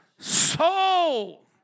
Soul